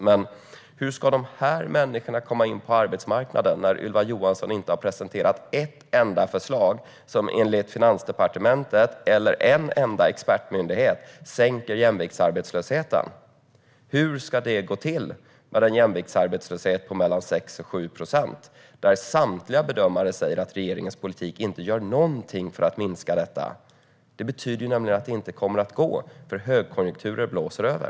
Men hur ska dessa människor komma in på arbetsmarknaden när Ylva Johansson inte har presenterat ett enda förslag som enligt Finansdepartementet eller enligt någon enda expertmyndighet sänker jämviktsarbetslösheten? Hur ska det gå till, när vi har en jämviktsarbetslöshet på mellan 6 och 7 procent? Samtliga bedömare säger att regeringens politik inte gör något för att minska detta. Det betyder att det inte kommer att gå, för högkonjunkturer blåser över.